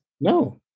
No